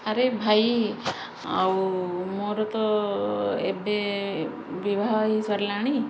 ଆରେ ଭାଇ ଆଉ ମୋର ତ ଏବେ ବିବାହ ହେଇସାରିଲାଣି